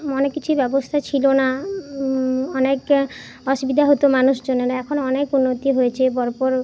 অনেক কিছুই ব্যবস্থা ছিলো না অনেক অসুবিধা হতো মানুষজনের এখন অনেক উন্নতি হয়েছে পর পর